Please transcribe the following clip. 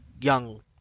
young